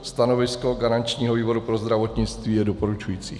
Stanovisko garančního výboru pro zdravotnictví je doporučující.